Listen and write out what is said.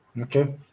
okay